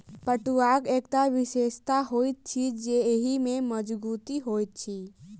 पटुआक एकटा विशेषता होइत अछि जे एहि मे मजगुती होइत अछि